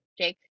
Jake